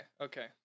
okay